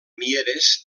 mieres